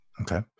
Okay